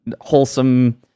wholesome